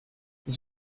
his